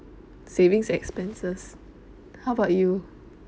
savings expenses how about you